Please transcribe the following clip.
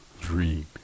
dream